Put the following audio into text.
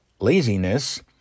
Laziness